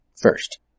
First